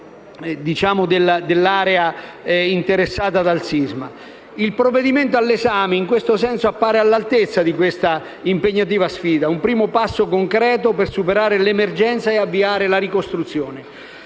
Il provvedimento all'esame in questo senso appare all'altezza dell'impegnativa sfida da affrontare, un primo passo concreto per superare l'emergenza e avviare la ricostruzione.